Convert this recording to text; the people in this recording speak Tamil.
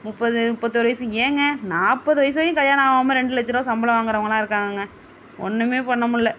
முப்பது முப்பத்தி ஒரு வயசு ஏங்க நாற்பது வயசு வரையும் கல்யாணம் ஆகாம இரண்டு லட்சம் ரூபாய் சம்பளம் வாங்குறவங்கள்லாம் இருக்காங்கங்க ஒன்றுமே பண்ண முடில